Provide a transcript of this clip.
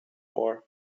war